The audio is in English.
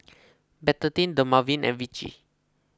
Betadine Dermaveen and Vichy